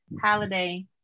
holiday